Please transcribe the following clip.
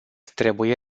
trebuie